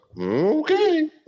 okay